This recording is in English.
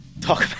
talk